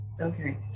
Okay